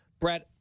Brett